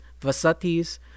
Vasatis